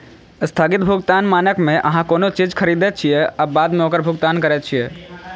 स्थगित भुगतान मानक मे अहां कोनो चीज खरीदै छियै आ बाद मे ओकर भुगतान करै छियै